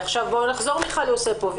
עכשיו נחזור למיכל יוספוף.